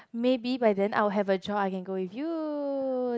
maybe but then I would have a choice I can go with you